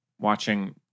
watching